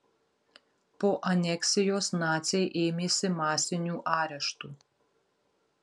po aneksijos naciai ėmėsi masinių areštų